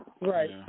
right